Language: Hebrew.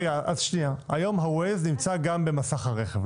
היום ה-וויז נמצא גם במסך הרכב.